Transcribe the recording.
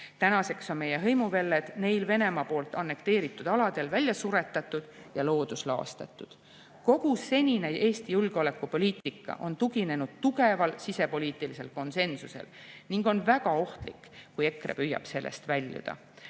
Tänaseks on meie hõimuvelled neil Venemaa poolt annekteeritud aladel välja suretatud ja loodus laastatud. Kogu Eesti senine julgeolekupoliitika on tuginenud tugevale sisepoliitilisele konsensusele. On väga ohtlik, kui EKRE püüab sellest väljuda.